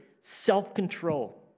self-control